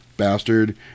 bastard